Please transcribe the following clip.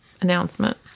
announcement